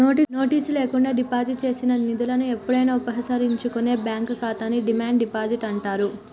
notice లేకుండా deposit చేసిన నిధులను ఎప్పుడైనా ఉపసంహరించుకునే బ్యాంక్ ఖాతాని డిమాండ్ డిపాజిట్ అంటారు